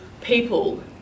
people